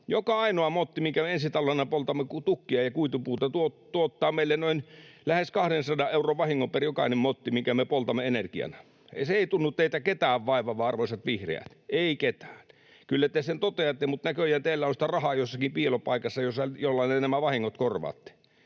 Joka ainoa motti, minkä me ensi talvena poltamme tukkia ja kuitupuuta, tuottaa meille lähes 200 euron vahingon per jokainen motti, minkä me poltamme energiana. Se ei tunnu teitä ketään vaivaavan, arvoisat vihreät, ei ketään. Kyllä te sen toteatte, mutta näköjään teillä on jossakin piilopaikassa rahaa, jolla te nämä vahingot korvaatte.